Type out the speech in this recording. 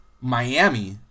Miami